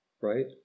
right